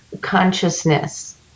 consciousness